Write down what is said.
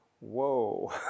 Whoa